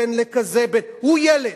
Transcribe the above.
בן לכזה, הוא ילד.